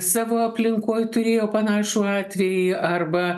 savo aplinkoj turėjo panašų atvejį arba